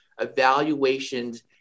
evaluations